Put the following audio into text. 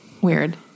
weird